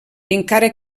encara